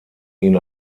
ihn